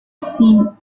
seen